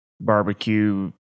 barbecue